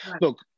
Look